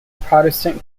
protestant